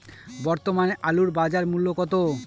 বর্তমানে আলুর বাজার মূল্য কত?